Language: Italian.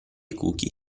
cookie